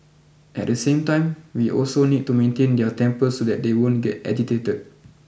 at the same time we also need to maintain their temper so that they won't get agitated